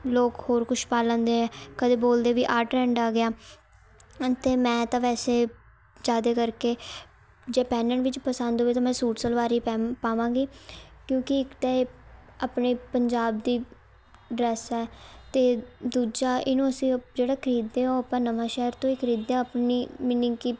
ਲੋਕ ਹੋਰ ਕੁਛ ਪਾ ਲੈਂਦੇ ਹੈ ਕਦੇ ਬੋਲਦੇ ਵੀ ਆਹ ਟਰੈਂਡ ਆ ਗਿਆ ਅਤੇ ਮੈਂ ਤਾਂ ਵੈਸੇ ਜ਼ਿਆਦਾ ਕਰਕੇ ਜੇ ਪਹਿਨਣ ਵਿੱਚ ਪਸੰਦ ਹੋਵੇ ਤਾਂ ਮੈਂ ਸੂਟ ਸਲਵਾਰ ਹੀ ਪੈਮ ਪਾਵਾਂਗੀ ਕਿਉਂਕਿ ਇੱਕ ਤਾਂ ਇਹ ਆਪਣੇ ਪੰਜਾਬ ਦੀ ਡਰੈੱਸ ਹੈ ਅਤੇ ਦੂਜਾ ਇਹਨੂੰ ਅਸੀਂ ਜਿਹੜਾ ਖਰੀਦਦੇ ਆਪਾਂ ਨਵਾਂਸ਼ਹਿਰ ਤੋਂ ਹੀ ਖਰੀਦਦੇ ਆ ਆਪਣੀ ਮੀਨਿੰਗ ਕਿ